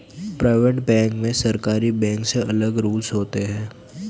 private bank में सरकारी bank से अलग रूल्स होते है